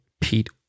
Pete